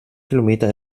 kilometer